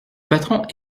patron